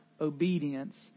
obedience